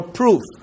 proof